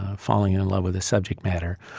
ah falling in in love with a subject matter,